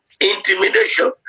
intimidation